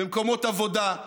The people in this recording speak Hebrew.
במקומות עבודה,